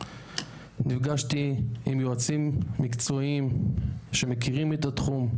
נפגשתי עם יועצים מקצועיים שמכירים את התחום,